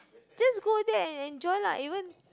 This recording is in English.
just go there and enjoy lah even